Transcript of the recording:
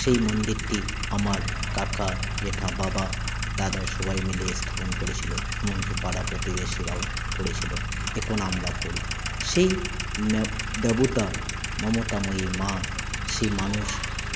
সেই মন্দিরটি আমার কাকা জ্যাঠা বাবা দাদা সবাই মিলে স্থাপন করেছিল এমনকি পাড়া প্রতিবেশীরাও করেছিল এখন আমরা করি সেই দেবতা মমতাময়ী মা সে মানুষ